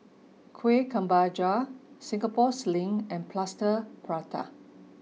Kuih Kemboja Singapore sling and plaster prata